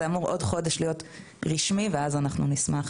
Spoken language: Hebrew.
זה אמור להיות רשמי בעוד חודש ואז אנחנו נשמח.